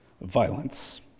violence